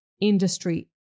industry